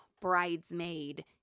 bridesmaid